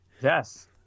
Yes